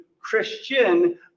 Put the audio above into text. Christian